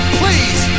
please